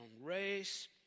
race